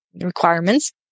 requirements